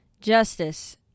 justice